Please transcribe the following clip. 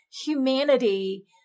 humanity